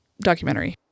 documentary